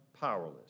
powerless